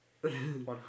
One